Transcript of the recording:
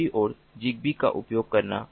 दूसरी ओर ज़िगबी का उपयोग करना